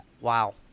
Wow